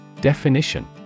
Definition